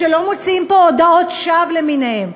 שלא מוציאים פה הודאות שווא למיניהן.